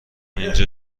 اینجا